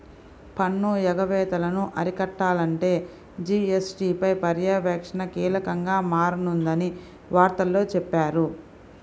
పన్ను ఎగవేతలను అరికట్టాలంటే జీ.ఎస్.టీ పై పర్యవేక్షణ కీలకంగా మారనుందని వార్తల్లో చెప్పారు